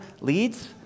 leads